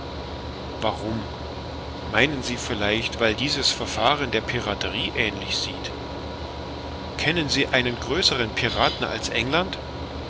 warum meinen sie vielleicht weil dieses verfahren der piraterie ähnlich sieht kennen sie einen größeren piraten als england